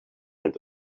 and